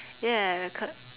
ya occur